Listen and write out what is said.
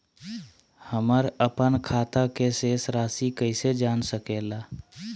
हमर अपन खाता के शेष रासि कैसे जान सके ला?